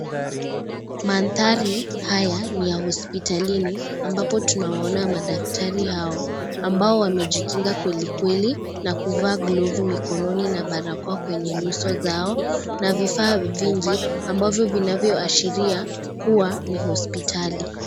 Mandhari haya ni ya hospitalnii ambapo tunawaona madaktari hao ambao wamejikinga kwelikweli na kuvaa glovu mikononi na barakoa kwenye nyuso zao na vifaa vingi ambavyo vinavyoashiria kuwa ni hospitali.